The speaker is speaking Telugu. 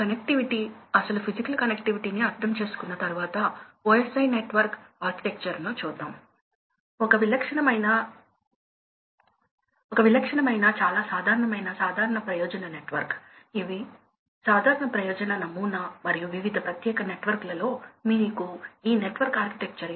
కీవర్డ్లు energy speed drive pressure difference horse power requirement fan curve control load characteristics